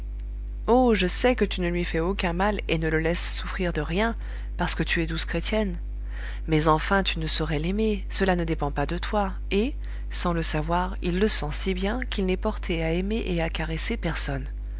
oh je sais que tu ne lui fais aucun mal et ne le laisses souffrir de rien parce que tu es douce chrétienne mais enfin tu ne saurais l'aimer cela ne dépend pas de toi et sans le savoir il le sent si bien qu'il n'est porté à aimer et à caresser personne